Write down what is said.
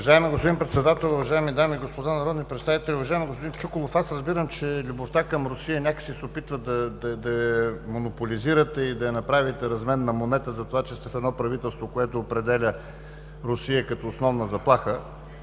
Уважаеми господин Председател, уважаеми дами и господа народни представители! Уважаеми господин Чуколов! Аз разбирам, че любовта към Русия някак си се опитвате да я монополизирате и да я направите разменна монета, затова че сте в едно правителство, което определя Русия като основна заплаха.